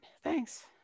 Thanks